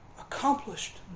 accomplished